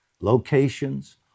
Locations